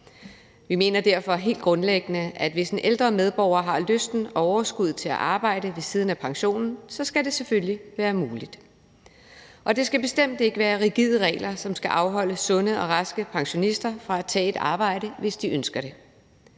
Vi mener derfor helt grundlæggende, at hvis en ældre medborger har lysten og overskuddet til at arbejde ved siden af pensionen, skal det selvfølgelig være muligt. Og det skal bestemt ikke være rigide regler, som skal afholde sunde og raske pensionister fra at tage et arbejde, hvis de ønsker det.